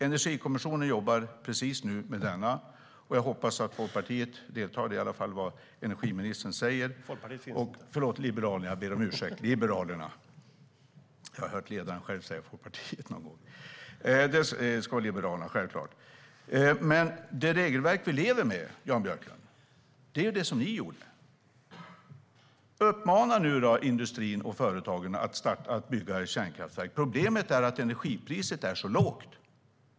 Energikommissionen jobbar precis nu med detta, och jag hoppas att Liberalerna deltar. Det regelverk vi lever med, Jan Björklund, är det som ni gjorde. Uppmana nu industrin och företagen att bygga kärnkraftverk! Problemet är att energipriset är så lågt.